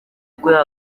ukwiha